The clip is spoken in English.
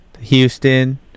Houston